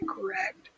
correct